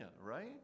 right